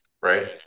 Right